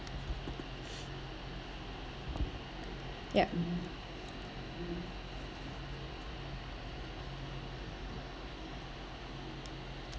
yup